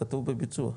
כתוב בביצוע.